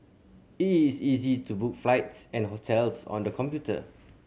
it is easy to book flights and hotels on the computer